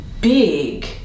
big